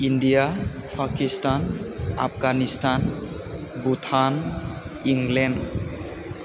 India Pakistan Afghanistan Bhutan England